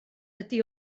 ydy